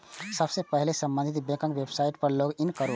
सबसं पहिने संबंधित बैंकक वेबसाइट पर लॉग इन करू